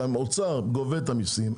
שהאוצר גובה את המסים,